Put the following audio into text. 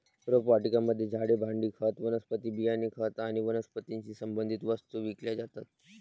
रोपवाटिकेमध्ये झाडे, भांडी, खत, वनस्पती बियाणे, खत आणि वनस्पतीशी संबंधित वस्तू विकल्या जातात